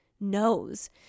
Knows